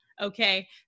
Okay